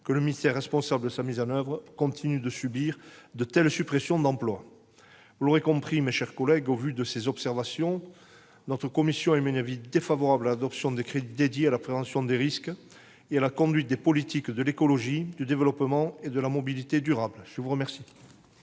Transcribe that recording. que le ministère responsable de sa mise en oeuvre continue de subir de telles suppressions d'emplois ? Vous l'aurez compris, mes chers collègues, au vu de ces observations, notre commission a émis un avis défavorable à l'adoption des crédits consacrés à la prévention des risques et à la conduite des politiques de l'écologie, du développement et de la mobilité durables. La parole